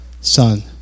Son